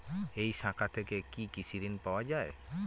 এই শাখা থেকে কি কৃষি ঋণ পাওয়া যায়?